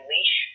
Leash